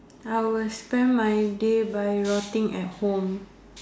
I will spend my day by rotting at home